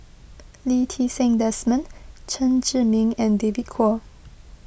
Lee Ti Seng Desmond Chen Zhiming and David Kwo